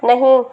نہیں